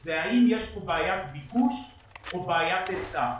הוא האם יש כאן בעיית ביקוש או בעיית היצע.